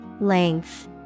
Length